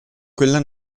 quella